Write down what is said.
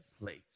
place